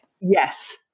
Yes